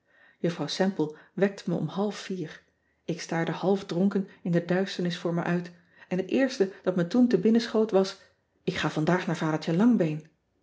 uffrouw emple wekte me om half vier k staarde half dronken in de duisternis voor me uit en het eerste dat me toen te binnen schoot was k ga vandaag naar adertje angbeen